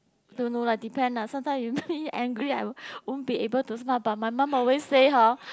don't know lah depend lah sometime you make me angry I will won't be able to smile but my mum always say hor